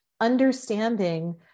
understanding